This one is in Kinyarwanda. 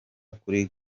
kuri